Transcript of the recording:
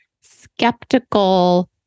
skeptical